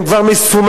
הם כבר מסוממים.